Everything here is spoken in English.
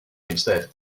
instead